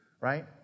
right